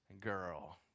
girl